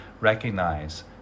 recognize